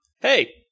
Hey